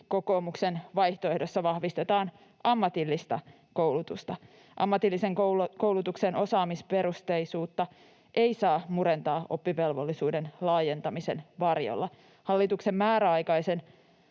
kokoomuksen vaihtoehdossa vahvistetaan ammatillista koulutusta. Ammatillisen koulutuksen osaamisperusteisuutta ei saa murentaa oppivelvollisuuden laajentamisen varjolla. Hallituksen määräaikaiset